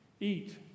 Eat